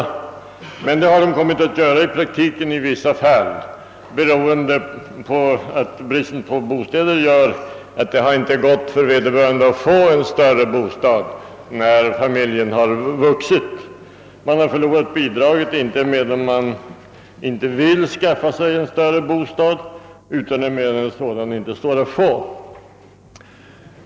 Det har de emellertid i vissa fall kommit att göra i praktiken, beroende på att bristen på bostäder gjort att det inte har gått för vederbörande att få en större lägenhet när familjen har vuxit. Man har förlorat bidraget inte emedan man inte vill skaffa sig en större bostad utan emedan en sådan inte står att få.